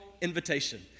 invitation